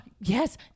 yes